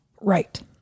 Right